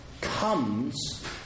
comes